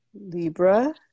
Libra